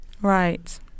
Right